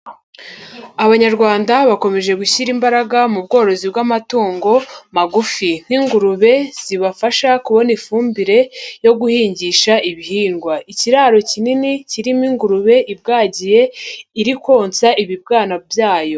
Abanyarwanda bakomeje gushyira imbaraga mu bworozi bw'amatungo magufi nk'ingurube zibafasha kubona ifumbire yo guhingisha ibihingwa, ikiraro kinini kirimo ingurube ibwagiye iri konsa ibibwana byayo.